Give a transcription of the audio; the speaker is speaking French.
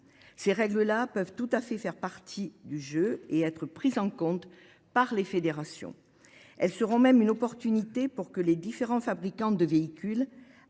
Ces règles-là peuvent tout à fait faire partie du jeu et être prises en compte par les fédérations. Elles seront même une opportunité pour que les différents fabricants de véhicules,